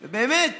באמת,